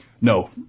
No